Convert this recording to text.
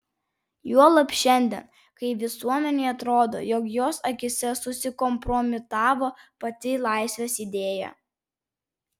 juolab šiandien kai visuomenei atrodo jog jos akyse susikompromitavo pati laisvės idėja